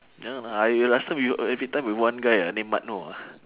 ya lah I will last time you every time with one guy ah name mat noh ah